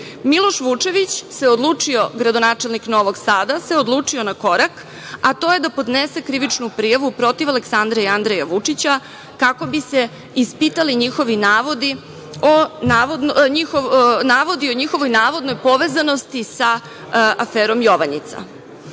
Miloš Vučević se odlučio, gradonačelnik Novog Sada, na korak, a to je da podnese krivičnu prijavu protiv Aleksandra i Andreja Vučića kako bi se ispitali navodi o njihovoj navodnoj povezanosti sa aferom „Jovanjica“.Šta